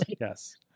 yes